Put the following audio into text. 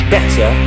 Better